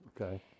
Okay